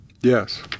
Yes